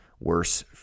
worse